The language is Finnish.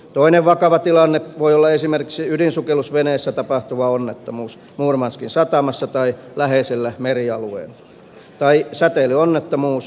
toinen vakava tilanne voi olla esimerkiksi ydinsukellusveneessä tapahtuva onnettomuus murmanskin satamassa tai läheisellä merialueella tai säteilyonnettomuus ydinvoimalassa